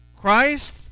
Christ